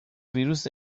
ویروس